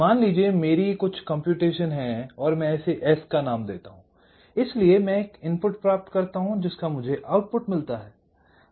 मान लीजिए कि मेरी कुछ संगणना है कि मैं इसे S का नाम देता हूँ इसलिए मैं एक इनपुट प्राप्त करता हूं जिसका मुझे आउटपुट मिलता है